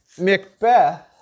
Macbeth